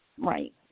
Right